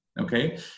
Okay